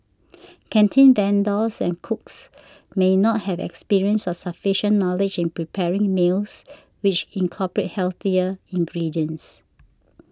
canteen vendors and cooks may not have experience or sufficient knowledge in preparing meals which incorporate healthier ingredients